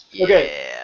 Okay